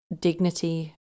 dignity